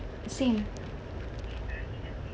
same